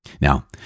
Now